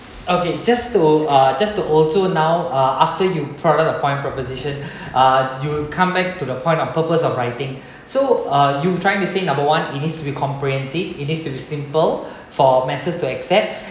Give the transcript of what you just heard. okay just to uh just to also now uh after you brought up the point proposition uh you come back to the point of purpose of writing so are you trying to say number one it needs to be comprehensive it needs to be simple for masses to accept